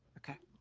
okay.